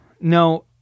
No